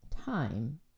time